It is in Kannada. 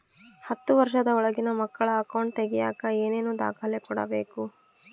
ಹತ್ತುವಷ೯ದ ಒಳಗಿನ ಮಕ್ಕಳ ಅಕೌಂಟ್ ತಗಿಯಾಕ ಏನೇನು ದಾಖಲೆ ಕೊಡಬೇಕು?